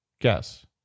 Guess